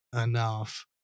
enough